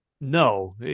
No